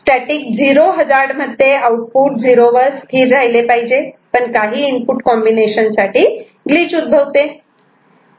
static 0 hazard मध्ये output 0 वर स्थिर राहिले पाहिजे पण काही इनपुट कॉम्बिनेशन साठी ग्लिच उद्भवते